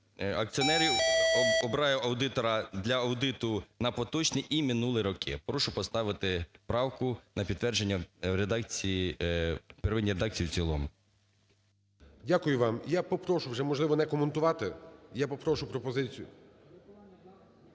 акціонерів обирає аудитора для аудиту на поточний і минулий роки. Прошу поставити правку на підтвердження в редакції, в первинній редакції і в цілому. ГОЛОВУЮЧИЙ. Дякую вам. Я попрошу вже, можливо, не коментувати. Я попрошу пропозицію...